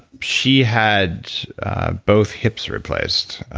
she had both hips replaced